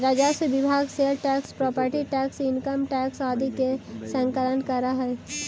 राजस्व विभाग sale tax property tax income tax आदि के संकलन करऽ हई